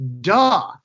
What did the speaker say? Duh